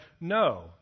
No